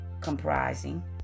comprising